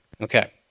Okay